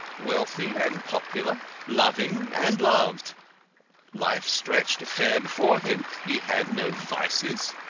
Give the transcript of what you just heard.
wealthy, and popular, loving and loved life stretched fair before him. he had no vices.